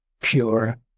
pure